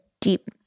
deep